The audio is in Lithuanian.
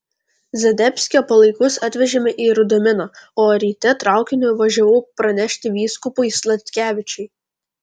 zdebskio palaikus atvežėme į rudaminą o ryte traukiniu važiavau pranešti vyskupui sladkevičiui